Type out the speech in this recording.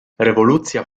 rewolucja